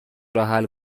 روحل